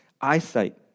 Eyesight